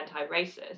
anti-racist